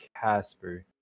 casper